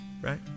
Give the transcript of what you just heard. right